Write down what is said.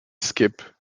skip